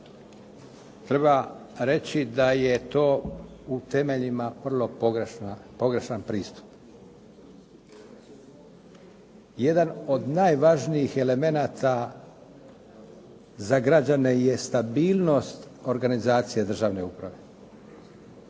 treba reći da je to u temeljima vrlo pogrešan pristup. Jedan od najvažnijih elemenata za građane je stabilnost organizacije državne uprave,